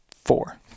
four